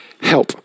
help